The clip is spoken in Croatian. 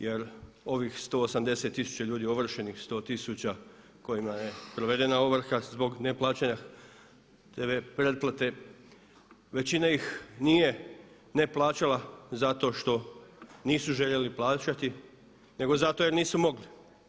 Jer ovih 180 tisuća ljudi ovršenih nad kojima je provedena ovrha zbog neplaćanja tv pretplate većina ih nije ne plaćala zato što nisu željeli plaćati nego zato jer nisu mogli.